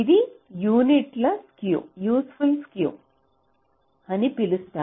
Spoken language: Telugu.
ఇది యూస్ఫుల్ స్క్యు అని పిలుస్తారు